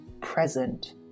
present